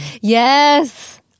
Yes